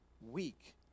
weak